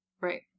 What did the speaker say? Right